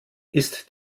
ist